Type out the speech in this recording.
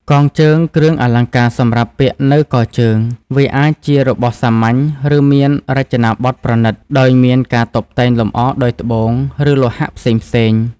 កងជើង គ្រឿងអលង្ការសម្រាប់ពាក់នៅកជើង វាអាចជារបស់សាមញ្ញ ឬមានរចនាបថប្រណិត ដោយមានការតុបតែងលម្អដោយត្បូង ឬលោហៈផ្សេងៗ។